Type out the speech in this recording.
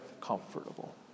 comfortable